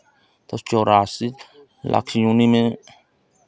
तो चौरासी लाख योनि में